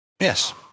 Yes